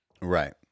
Right